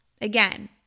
again